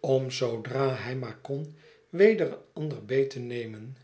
om zoodra hij maar kon weder een ander beet te nemen